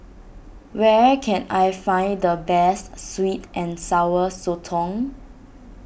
where can I find the best Sweet and Sour Sotong